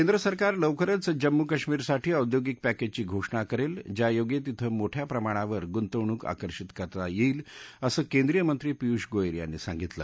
केंद्र सरकार लवकरच जम्मू कश्मिरसाठी औद्योगिक पॅकेजची घोषणा करेल ज्यायोगे तिथे मोठ्या प्रमाणावर गुंतवणूक आकर्षित करता येईल असं केंद्रीय मंत्री पियूष गोयल यांनी सांगितलं